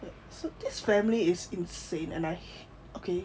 so this family is insane and I okay